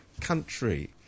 country